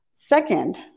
Second